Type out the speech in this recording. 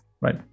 right